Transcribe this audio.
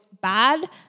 bad